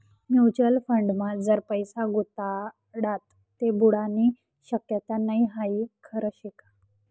Mutual फंडमा जर पैसा गुताडात ते बुडानी शक्यता नै हाई खरं शेका?